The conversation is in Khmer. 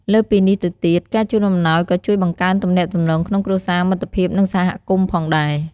លើសពីនេះទៅទៀត ការជូនអំំណោយក៏ជួយបង្កើនទំនាក់ទំនងក្នុងគ្រួសារ មិត្តភាព និងសហគមន៍ផងដែរ។